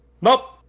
Nope